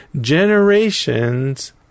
generations